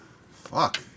fuck